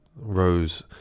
Rose